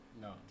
No